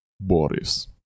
Boris